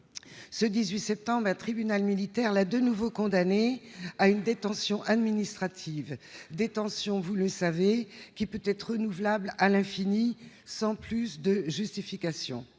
ce 18 septembre un tribunal militaire l'a de nouveau condamné à une détention administrative, détention, vous le savez, qui peut-être nous valable à l'infini, sans plus de justification,